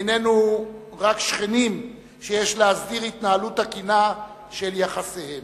איננו רק שכנים שיש להסדיר התנהלות תקינה של יחסיהם.